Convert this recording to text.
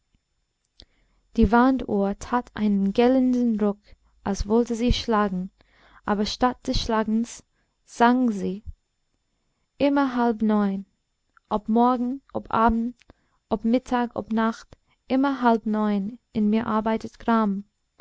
die wanduhr tat einen gellenden ruck als wollte sie schlagen aber statt des schlagens sang sie immer halb neun ob morgen ob abend ob mittag ob nacht immer halb neun in mir arbeitet gram